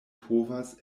povas